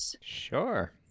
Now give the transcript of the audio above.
Sure